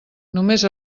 només